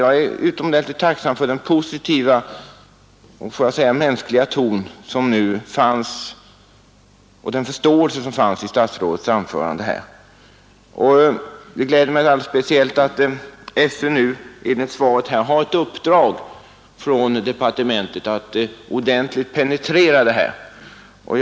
Jag är utomordentligt tacksam för den positiva och får jag säga mänskliga ton och den förståelse som fanns i statsrådets anförande här. Det gläder mig alldeles speciellt att SÖ nu enligt svaret har ett uppdrag från departementet att ordentligt penetrera det här problemet.